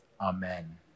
Amen